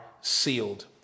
sealed